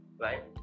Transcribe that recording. right